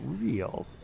real